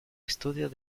estudio